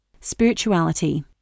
spirituality